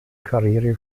karriere